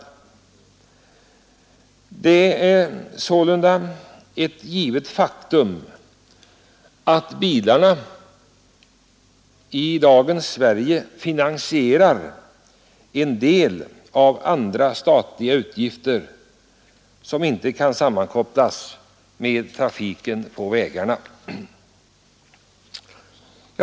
Det är sålunda ett faktum att bilarna i dagens Sverige finansierar en del andra statliga utgifter som inte kan sammankopplas med trafiken på vägarna.